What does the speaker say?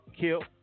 Kill